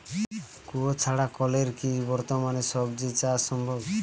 কুয়োর ছাড়া কলের কি বর্তমানে শ্বজিচাষ সম্ভব?